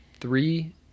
three